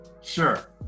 Sure